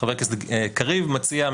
חבר הכנסת קריב מציע,